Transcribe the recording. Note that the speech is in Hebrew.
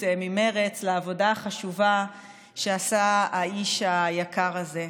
ממרצ לעבודה החשובה שעשה האיש היקר הזה.